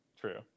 True